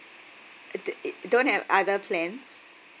don't have other plan